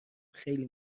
خیلی